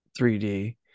3D